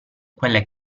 quelle